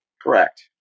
Correct